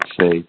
say